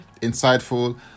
insightful